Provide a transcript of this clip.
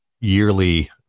yearly